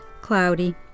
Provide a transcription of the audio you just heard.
cloudy